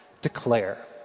declare